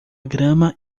grama